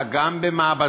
אלא גם במעבדה,